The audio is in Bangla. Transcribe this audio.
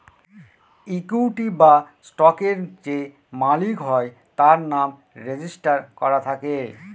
ইকুইটি বা স্টকের যে মালিক হয় তার নাম রেজিস্টার করা থাকে